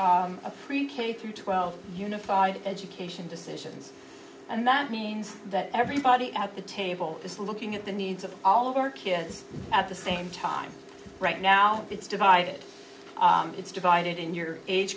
a pre k through twelve unified education decisions and that means that everybody at the table is looking at the needs of all of our kids at the same time right now it's divided it's divided in your age